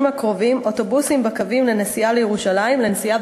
הקרובים אוטובוסים בקווים לנסיעה לירושלים לנסיעה